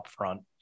upfront